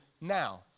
now